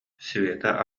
света